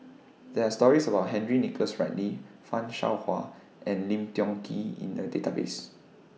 There Are stories about Henry Nicholas Ridley fan Shao Hua and Lim Tiong Ghee in The Database